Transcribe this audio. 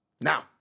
Now